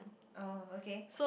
oh okay